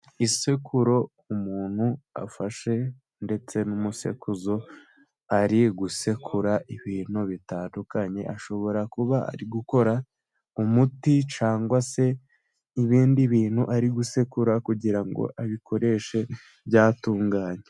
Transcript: Isekuru umuntu afashe ndetse n'umusekuzo, ari gusekura ibintu bitandukanye, ashobora kuba ari gukora umuti cyangwa se ibindi bintu ari gusekura kugira ngo abikoreshe byatunganye.